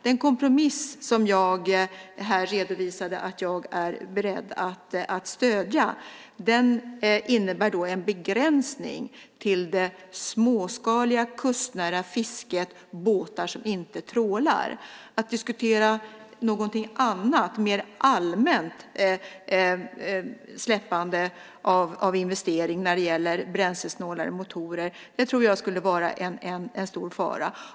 Den kompromiss som jag här redovisade att jag är beredd att stödja innebär en begränsning till det småskaliga kustnära fisket, båtar som inte trålar. Att diskutera någonting annat, ett mer allmänt släppande av investering när det gäller bränslesnålare motorer, tror jag skulle vara en stor fara.